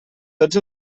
tots